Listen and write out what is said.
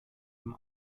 dem